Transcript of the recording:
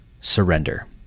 surrender